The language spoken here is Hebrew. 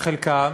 חלקם,